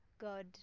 God